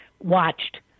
Watched